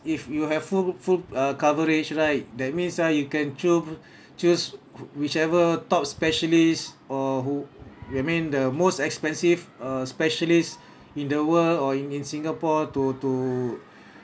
if you have full full uh coverage right that means ah you can choo~ choose whichever top specialists or who I mean the most expensive uh specialist in the world or in in singapore to to